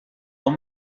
dos